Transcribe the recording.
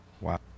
Wow